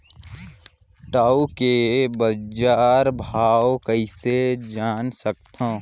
टाऊ के बजार भाव कइसे जान सकथव?